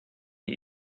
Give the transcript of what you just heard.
die